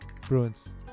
Bruins